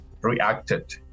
reacted